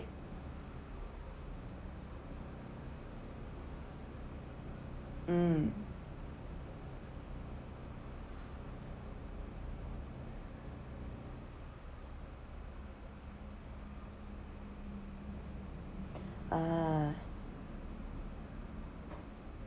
mm uh